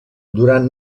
durant